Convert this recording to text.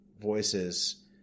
voices